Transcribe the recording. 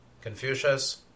Confucius